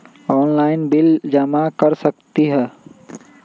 Online bill जमा कर सकती ह?